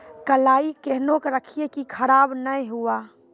कलाई केहनो रखिए की खराब नहीं हुआ?